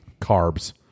carbs